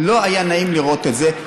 לא היה נעים לראות את זה,